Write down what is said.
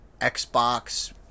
Xbox